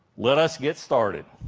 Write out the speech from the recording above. let us get started.